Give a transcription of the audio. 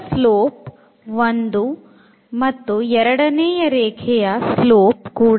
ಇದರ ಸ್ಲೋಪ್ 1 ಮತ್ತು ಎರಡನೇ ರೇಖೆಯ ಸ್ಲೋಪ್ ಕೂಡ 1